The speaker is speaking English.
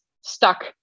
stuck